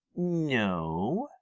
no,